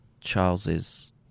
Charles's